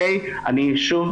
שוב,